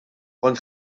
kont